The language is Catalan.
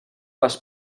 les